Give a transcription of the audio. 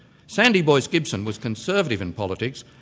sandy boyce gibson was conservative in politics,